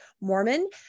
Mormon